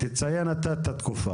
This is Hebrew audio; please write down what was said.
תציין אתה את התקופה.